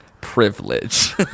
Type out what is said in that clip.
Privilege